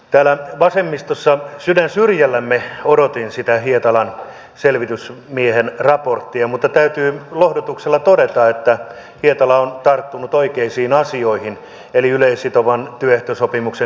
täällä vasemmistossa sydän syrjälläni odotin sitä hietalan selvitysmiehen raporttia mutta täytyy lohdutuksella todeta että hietala on tarttunut oikeisiin asioihin eli yleissitovan työehtosopimuksen kunnioittamiseen ja niin edelleen